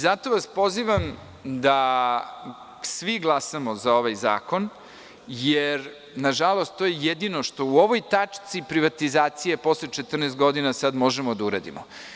Zato vas pozivam da svi glasamo za ovaj zakon, jer, nažalost, to je jedino što u ovoj tačci privatizacije, posle 14 godina, sada možemo da uradimo.